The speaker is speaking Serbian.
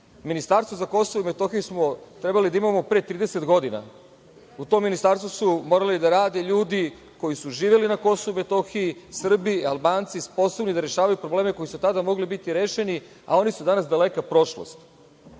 Ministarstvo za KiM trebali smo da imamo pre 30 godina. U tom ministarstvu su morali da rade ljudi koji su živi na Kosovu i Metohiji, Srbi, Albanci sposobni da rešavaju probleme koji su tada mogli biti rešeni, a oni su danas daleka prošlost. Borba